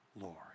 Lord